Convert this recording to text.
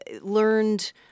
learned